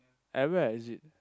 at where is it